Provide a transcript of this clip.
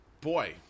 Boy